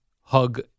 hug